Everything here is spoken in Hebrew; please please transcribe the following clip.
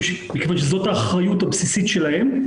מכיוון שזאת האחריות הבסיסית שלהן,